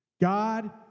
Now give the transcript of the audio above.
God